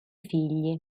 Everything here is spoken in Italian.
figli